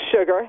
sugar